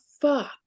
fuck